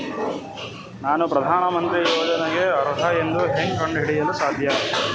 ನಾನು ಪ್ರಧಾನ ಮಂತ್ರಿ ಯೋಜನೆಗೆ ಅರ್ಹ ಎಂದು ಹೆಂಗ್ ಕಂಡ ಹಿಡಿಯಲು ಸಾಧ್ಯ?